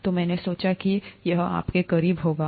तो मैंने सोचा कि यह आपके करीब होगा